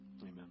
Amen